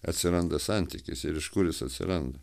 atsiranda santykis ir iš kuris jis atsiranda